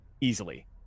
easily